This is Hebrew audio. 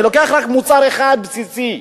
אני לוקח רק מוצר אחד, בסיסי,